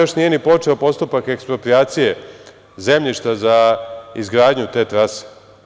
Još nije ni počeo postupak eksproprijacije zemljišta za izgradnju te trase.